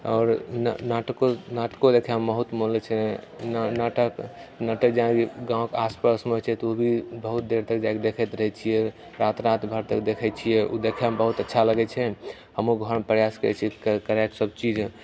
आओर न नाटको नाटको देखैमे बहुत मन लगैत छै नाटक नाटक जेनाकि गाँव कऽ आसपासमे छै तऽ ओ भी बहुत देर तक देखैत रहैत छियै रात रात भरि तक देखैत छियै ओ देखैमे बहुत अच्छा लगैत छै हमहूँ घरमे प्रयास करैत छियै करे कऽ सबचीज